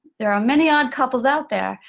there are many odd couples out there.